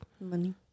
money